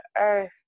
earth